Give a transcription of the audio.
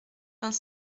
vingt